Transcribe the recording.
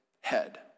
head